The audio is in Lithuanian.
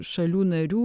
šalių narių